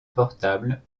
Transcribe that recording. portable